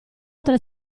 tre